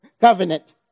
Covenant